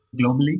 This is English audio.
globally